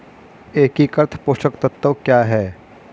एकीकृत पोषक तत्व क्या है?